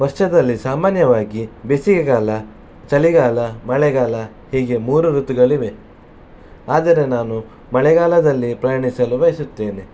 ವರ್ಷದಲ್ಲಿ ಸಾಮಾನ್ಯವಾಗಿ ಬೇಸಿಗೆಗಾಲ ಚಳಿಗಾಲ ಮಳೆಗಾಲ ಹೀಗೆ ಮೂರು ಋತುಗಳಿವೆ ಆದರೆ ನಾನು ಮಳೆಗಾಲದಲ್ಲಿ ಪ್ರಯಾಣಿಸಲು ಬಯಸುತ್ತೇನೆ